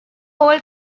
all